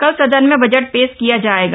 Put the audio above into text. कल सदन में बजट पेश किया जाएगा